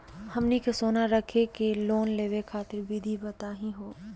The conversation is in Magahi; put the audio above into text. हमनी के सोना रखी के लोन लेवे खातीर विधि बताही हो?